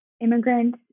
immigrant